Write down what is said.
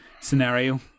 scenario